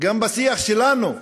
גם בשיח שלנו.